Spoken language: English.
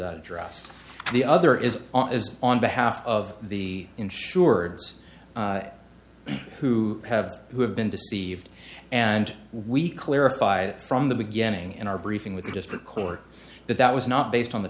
that addressed the other is on behalf of the insureds who have who have been deceived and we clarified from the beginning in our briefing with the district court that that was not based on the